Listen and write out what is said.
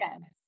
Yes